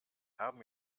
haben